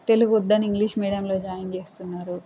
తెలుగు వద్దని ఇంగ్లీష్ మీడియంలో జాయిన్ చేస్తున్నారు